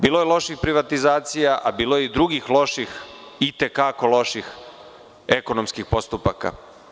Bilo je loših privatizacija, a bilo je i drugih loših i te kako loših ekonomskih postupaka.